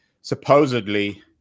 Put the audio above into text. supposedly